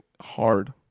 hard